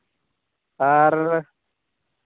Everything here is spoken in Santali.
ᱟᱨ